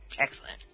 Excellent